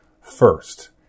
first